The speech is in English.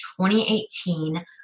2018